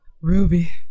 Ruby